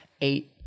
eight